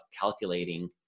calculating